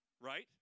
Right